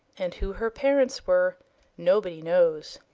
and who her parents were nobody knows.